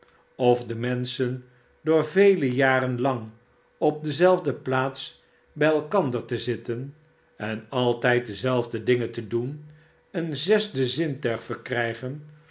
of menschen door vele jaren lang op dezelfde plaats bij elkander te zitten en altijd dezelfde dingen te doen een zesde zintuig verkrijgen